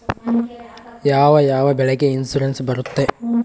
ಯಾವ ಯಾವ ಬೆಳೆಗೆ ಇನ್ಸುರೆನ್ಸ್ ಬರುತ್ತೆ?